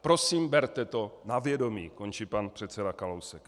Prosím, berte to na vědomí, končí pan předseda Kalousek.